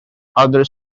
other